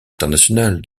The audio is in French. international